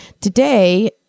Today